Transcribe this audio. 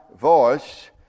voice